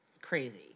crazy